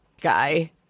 guy